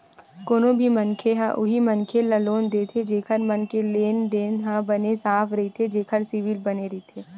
कोनो भी मनखे ह उही मनखे ल लोन देथे जेखर मन के लेन देन ह बने साफ रहिथे जेखर सिविल बने रहिथे